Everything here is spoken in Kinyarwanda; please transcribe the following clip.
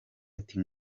ati